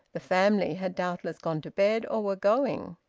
the family had doubtless gone to bed, or were going.